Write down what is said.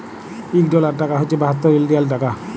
ইক ডলার টাকা হছে বাহাত্তর ইলডিয়াল টাকা